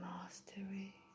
mastery